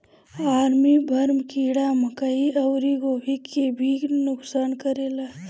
army worm कीड़ा मकई अउरी गोभी के भी नुकसान करेला